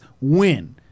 win